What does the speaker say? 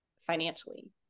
financially